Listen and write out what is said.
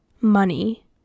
money